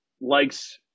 likes